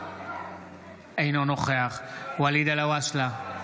אינו נוכח ואליד אלהואשלה,